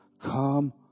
Come